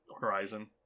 horizon